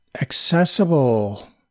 accessible